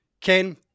Ken